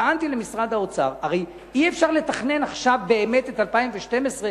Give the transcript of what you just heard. טענתי למשרד האוצר: הרי אי-אפשר לתכנן עכשיו באמת את 2012,